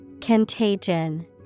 Contagion